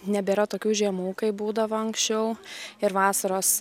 nebėra tokių žiemų kaip būdavo anksčiau ir vasaros